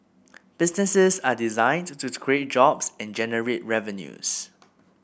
businesses are designed to create jobs and generate revenues